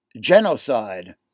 genocide